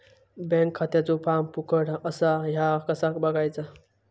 Bank खात्याचो form फुकट असा ह्या कसा बगायचा?